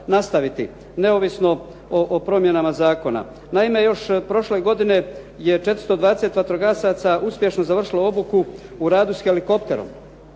neovisno o promjenama zakona. Naime još prošle godine je 420 vatrogasaca uspješno završilo obuku u radu sa helikopterom.